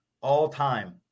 all-time